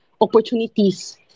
opportunities